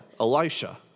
Elisha